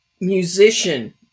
musician